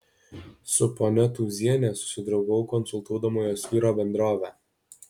su ponia tūziene susidraugavau konsultuodama jos vyro bendrovę